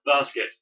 basket